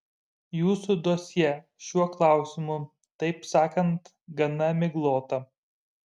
jūsų dosjė šiuo klausimu taip sakant gana miglota